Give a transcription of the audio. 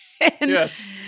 Yes